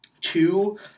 two